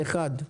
על אחד.